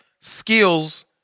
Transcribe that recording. skills